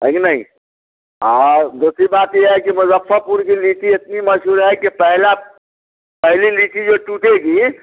है कि नहीं और दूसरी बात यह है कि मुज़फ़्फ़रपुर की लीची इतनी मशहूर है कि पहला पहली लीची जो टूटेगी